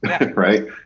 right